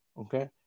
okay